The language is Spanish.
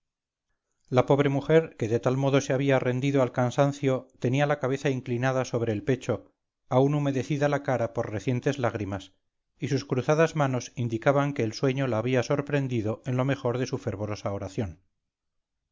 la pobre mujer que de tal modo se había rendido al cansancio tenía la cabeza inclinada sobre el pecho aún humedecida la cara por recientes lágrimas y sus cruzadas manos indicaban que el sueño la había sorprendido en lo mejor de su fervorosa oración